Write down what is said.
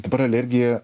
dabar alergija